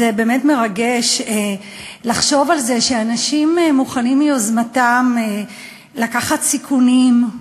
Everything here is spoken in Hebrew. זה באמת מרגש לחשוב על זה שאנשים מוכנים מיוזמתם לקחת סיכונים,